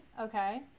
Okay